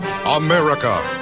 America